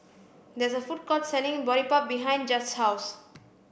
there is a food court selling Boribap behind Judge's house